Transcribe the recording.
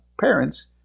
parents